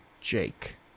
Jake